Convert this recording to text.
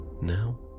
now